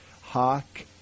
Hawk